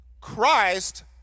Christ